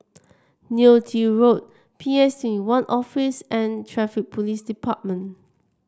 Neo Tiew Road P S Twenty One Office and Traffic Police Department